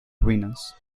ruinas